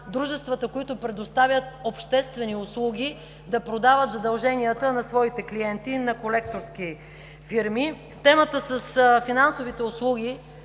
дружествата, които предоставят обществени услуги, да продават задълженията на своите клиенти на колекторски фирми. Темата с финансовите услуги,